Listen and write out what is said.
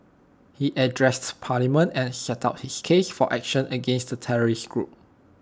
he addressed parliament and set out his case for action against the terrorist group